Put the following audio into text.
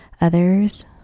others